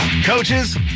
coaches